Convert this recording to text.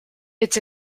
its